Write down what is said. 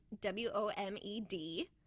W-O-M-E-D